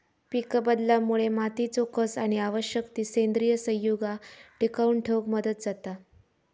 पीकबदलामुळे मातीचो कस आणि आवश्यक ती सेंद्रिय संयुगा टिकवन ठेवक मदत जाता